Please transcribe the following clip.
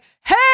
hey